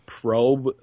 probe